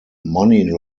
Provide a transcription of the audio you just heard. money